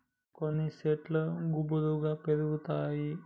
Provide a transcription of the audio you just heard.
కొన్ని శెట్లు గుబురుగా పెరుగుతాయి